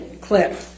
clip